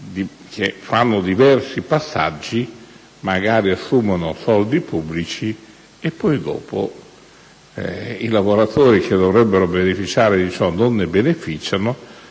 a diversi passaggi, magari ricevono soldi pubblici e poi i lavoratori che dovrebbero beneficiare di ciò non ne beneficiano,